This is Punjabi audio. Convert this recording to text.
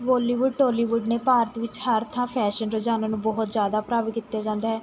ਬੋਲੀਵੁੱਡ ਟੋਲੀਵੁੱਡ ਨੇ ਭਾਰਤ ਵਿੱਚ ਹਰ ਥਾਂ ਫੈਸ਼ਨ ਰੁਝਾਨਾਂ ਨੂੰ ਬਹੁਤ ਜ਼ਿਆਦਾ ਪ੍ਰਭਾਵਿਤ ਕੀਤੇ ਜਾਂਦਾ ਹੈ